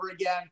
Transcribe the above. again